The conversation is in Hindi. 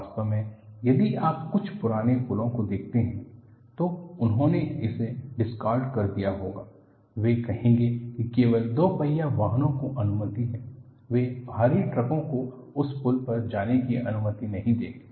वास्तव में यदि आप कुछ पुराने पुलों को देखते हैं तो उन्होंने इसे डिसकार्ड कर दिया होगा वे कहेंगे कि केवल दो पहिया वाहनों को अनुमति है वे भारी ट्रकों को उस पुल पर जाने की अनुमति नहीं देंगे